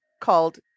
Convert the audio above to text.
called